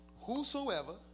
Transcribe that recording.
Whosoever